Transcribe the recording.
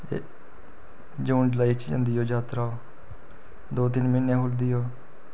एह् जून जुलाई च जंदी ओह् जात्तरा दो तिन म्हीने गै खुलदी ओह्